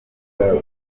bakobwa